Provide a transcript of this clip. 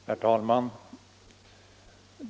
Herr talman!